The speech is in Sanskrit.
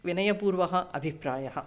विनयपूर्वः अभिप्रायः